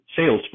Salesforce